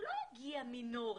הוא לא יגיע מינורי,